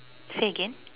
say again